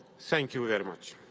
thank you very much.